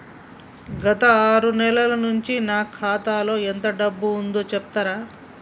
గత ఆరు నెలల నుంచి నా ఖాతా లో ఎంత డబ్బు ఉందో చెప్తరా?